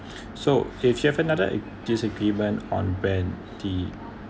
so if you have another disagreement on when the